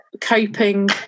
coping